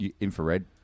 infrared